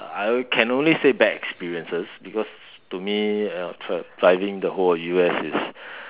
I can only say bad experiences because to me uh driving the whole of U_S is